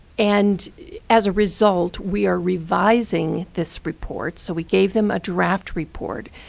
and as a result, we are revising this report. so we gave them a draft report.